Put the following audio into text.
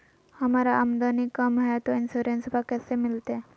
हमर आमदनी कम हय, तो इंसोरेंसबा कैसे मिलते?